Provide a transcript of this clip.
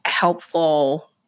helpful